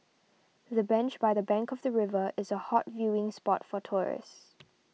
the bench by the bank of the river is a hot viewing spot for tourists